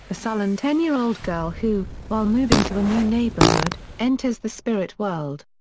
a sullen ten-year-old girl who, while moving to a new neighborhood, enters the spirit world.